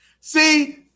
See